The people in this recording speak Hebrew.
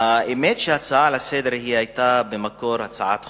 האמת היא שההצעה לסדר-היום היתה במקור הצעת חוק,